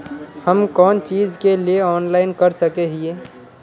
हम कोन चीज के लिए ऑनलाइन कर सके हिये?